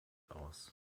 aus